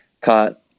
caught